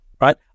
right